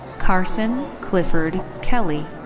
carson clifford kelley.